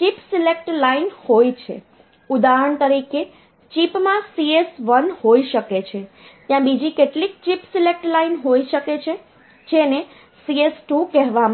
chip select line હોય છે ઉદાહરણ તરીકે ચિપમાં CS1 હોઈ શકે છે ત્યાં બીજી કેટલીક ચિપ સિલેક્ટ લાઇન હોઈ શકે છે જેને CS2 કહેવામાં આવે છે